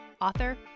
author